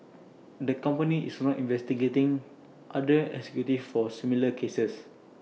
the company is not investigating other executives for similar cases